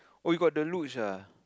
oh you got the luge ah